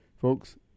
Folks